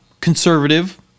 Conservative